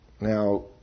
Now